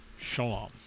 shalom